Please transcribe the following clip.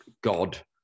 god